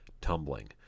tumbling